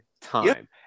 time